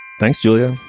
thanks, julia.